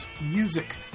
music